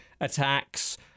attacks